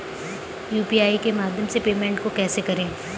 UPI के माध्यम से पेमेंट को कैसे करें?